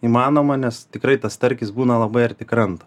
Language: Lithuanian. įmanoma nes tikrai tas starkis būna labai arti kranto